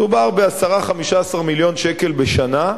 מדובר ב-10 15 מיליון שקל בשנה,